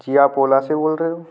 जी आप ओला से बोल रहे हो